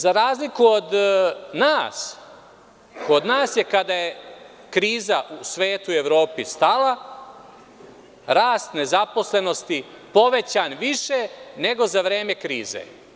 Za razliku od nas, kod nas, kada je kriza u Evropi i svetu stala, je rast nezaposlenosti povećan više, nego za vreme krize.